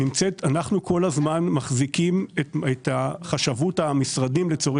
אנחנו כל הזמן מחזיקים את חשבות המשרדים במצב